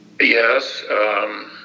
Yes